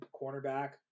cornerback